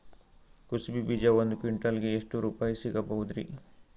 ಕುಸಬಿ ಬೀಜ ಒಂದ್ ಕ್ವಿಂಟಾಲ್ ಗೆ ಎಷ್ಟುರುಪಾಯಿ ಸಿಗಬಹುದುರೀ?